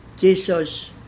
Jesus